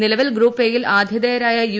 നിലവിൽ group A യിൽ ആതി ഥേയരായ യു